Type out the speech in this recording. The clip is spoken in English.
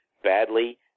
badly